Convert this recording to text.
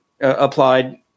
applied